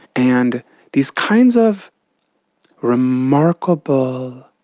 and these kinds of remarkable,